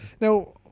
Now